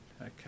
Okay